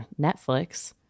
Netflix